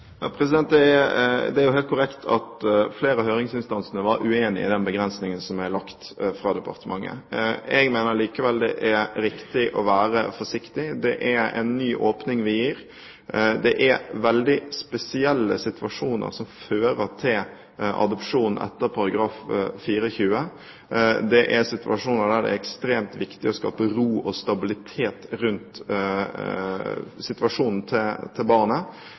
Det er helt korrekt at flere av høringsinstansene var uenige i den begrensningen som er lagt fra departementet. Jeg mener likevel at det er riktig å være forsiktig. Det er en ny åpning vi gir. Det er veldig spesielle situasjoner som fører til adopsjon etter § 4-20. Det er situasjoner der det er ekstremt viktig å skape ro og stabilitet rundt barnets situasjon. I den situasjonen